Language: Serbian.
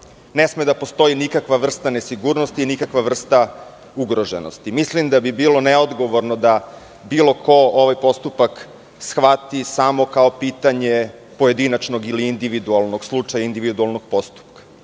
Ne sme da postoji nikakva vrsta nesigurnosti, nikakva ugroženost. Mislim da bi bilo neodgovorno da bilo ko ovaj postupak shvati samo kao pitanje pojedinačnog ili individualnog slučaja ili individualnog postupka.